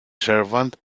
servant